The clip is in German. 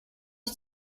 ich